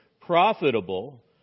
Profitable